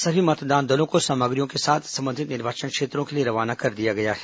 सभी मतदान दलों को सामग्रियों के साथ संबंधित निर्वाचन क्षेत्रों के लिए रवाना कर दिया गया है